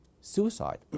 suicide